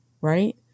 right